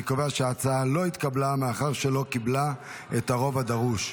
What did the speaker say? אני קובע שההצעה לא התקבלה מאחר שלא קיבלה את הרוב הדרוש.